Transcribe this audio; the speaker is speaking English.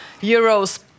euros